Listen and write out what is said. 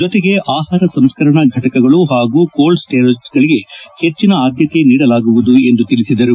ಜೊತೆಗೆ ಆಹಾರ ಸಂಸ್ಕರಣಾ ಫಟಕಗಳು ಹಾಗೂ ಕೋಲ್ಡ್ ಸ್ಟೋರೇಜ್ಗಳಿಗೆ ಹೆಚ್ಚಿನ ಆದ್ಲತೆ ನೀಡಲಾಗುವುದು ಎಂದು ತಿಳಿಸಿದರು